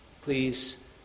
Please